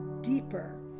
deeper